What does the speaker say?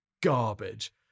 garbage